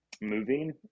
moving